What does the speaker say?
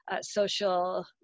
social